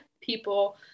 people